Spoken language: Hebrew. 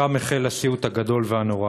שם החל הסיוט הגדול והנורא,